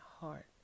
heart